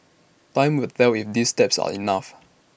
time will tell if these steps are enough